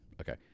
Okay